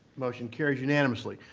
motion carries unanimously.